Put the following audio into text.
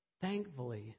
Thankfully